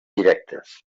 directes